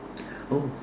oh